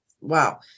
wow